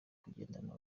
kugendana